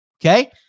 Okay